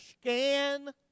scan